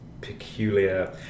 peculiar